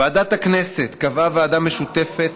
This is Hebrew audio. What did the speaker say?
ועדת הכנסת קבעה ועדה משותפת,